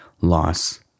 loss